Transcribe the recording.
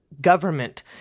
government